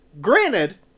granted